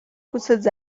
پوستت